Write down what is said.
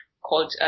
called